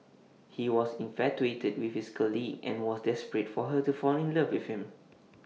he was infatuated with his colleague and was desperate for her to fall in love with him